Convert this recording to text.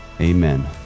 amen